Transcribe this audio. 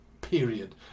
period